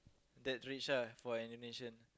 that rich ah for an Indonesian